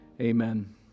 Amen